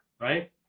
Right